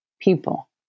people